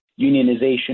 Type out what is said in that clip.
unionization